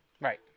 Right